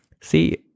See